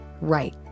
Right